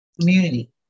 community